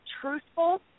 truthful